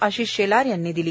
आशीष शेलार यांनी दिली